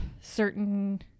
certain